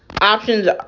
options